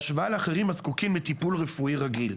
בהשוואה לאחרים הזקוקים לטיפול רפואי רגיל.